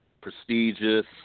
prestigious